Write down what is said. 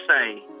say